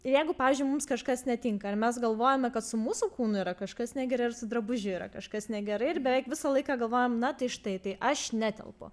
ir jeigu pavyzdžiui mums kažkas netinka ir mes galvojame kad su mūsų kūnu yra kažkas negerai ar su drabužiu yra kažkas negerai ir beveik visą laiką galvojam na tai štai tai aš netelpu